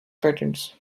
patents